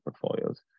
portfolios